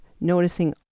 noticing